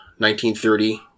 1930